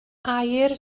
aur